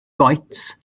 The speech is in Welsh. goets